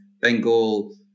Bengal